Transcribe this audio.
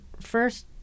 first